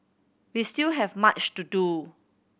we still have much to do